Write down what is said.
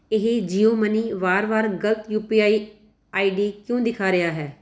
ਇਹ Jio money ਵਾਰ ਵਾਰ ਗ਼ਲਤ U P I I D ਕਿਉਂ ਦਿਖਾ ਰਿਹਾ ਹੈ